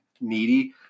needy